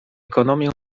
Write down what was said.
ekonomię